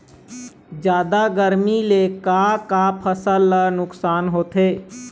जादा गरमी ले का का फसल ला नुकसान होथे?